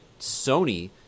Sony